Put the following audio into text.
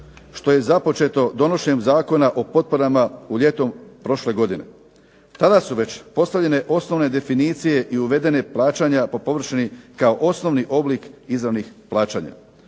što je započeto donošenjem Zakona o potporama u ljeto prošle godine. Tada su već postavljene osnovne definicije i uvedena plaćanja po površini kao osnovni oblik izravnih plaćanja.